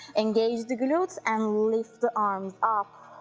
engage the glutes and lift the arms up,